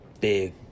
big